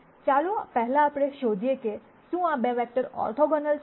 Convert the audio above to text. ચાલો પહેલા આપણે શોધીએ કે શું આ 2 વેક્ટર ઓર્થોગોનલ છે